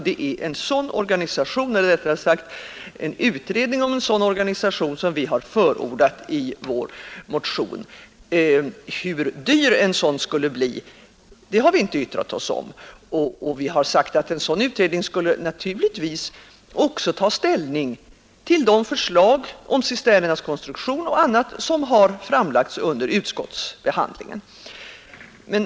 Det är en utredning om en sådan organisation som vi förordat i vår motion. Hur dyr en sådan skulle bli, det har vi inte yttrat oss om. Vi har sagt att en sådan utredning givetvis också skulle ta ställning till de förslag om cisternernas konstruktion och annat som framlagts under utskottsbehandlingen.